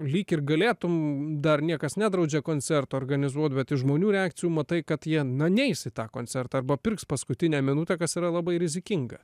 lyg ir galėtum dar niekas nedraudžia koncerto organizuoti bet iš žmonių reakcijų matai kad jie neis į tą koncertą arba pirks paskutinę minutę kas yra labai rizikinga